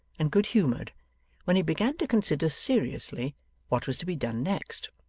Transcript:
and good-humoured when he began to consider seriously what was to be done next.